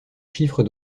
chiffre